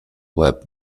web